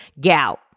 gout